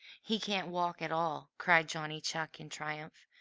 he can't walk at all! cried johnny chuck in triumph,